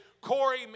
Corey